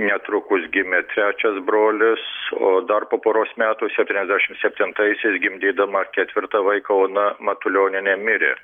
netrukus gimė trečias brolis o dar po poros metų septyniasdešimt septintaisiais gimdydama ketvirtą vaiką ona matulionienė mirė